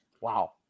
Wow